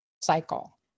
cycle